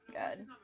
Good